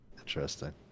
Interesting